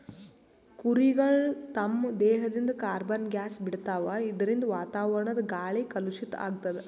ಕುರಿಗಳ್ ತಮ್ಮ್ ದೇಹದಿಂದ್ ಕಾರ್ಬನ್ ಗ್ಯಾಸ್ ಬಿಡ್ತಾವ್ ಇದರಿಂದ ವಾತಾವರಣದ್ ಗಾಳಿ ಕಲುಷಿತ್ ಆಗ್ತದ್